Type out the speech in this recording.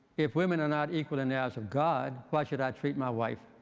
if women are not equal in the eyes of god, why should i treat my wife